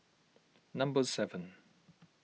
number seven